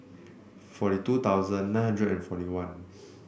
forty two thousand nine hundred and forty one